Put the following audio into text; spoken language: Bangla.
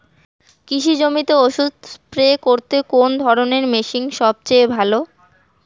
কৃষি জমিতে ওষুধ স্প্রে করতে কোন ধরণের মেশিন সবচেয়ে ভালো?